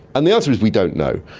and the answer is we don't know.